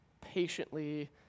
patiently